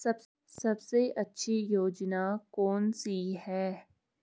सबसे अच्छी योजना कोनसी है?